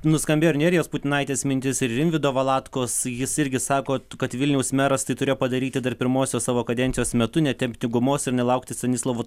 nuskambėjo ir nerijos putinaitės mintis ir rimvydo valatkos jis irgi sako kad vilniaus meras tai turėjo padaryti dar pirmosios savo kadencijos metu netempti gumos ir nelaukti stanislovo